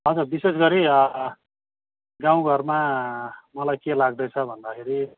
हजुर विशेष गरी गाउँ घरमा मलाई के लाग्दैछ भन्दाखेरि